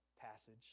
passage